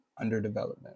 underdevelopment